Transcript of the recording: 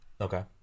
Okay